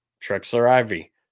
Trexler-Ivy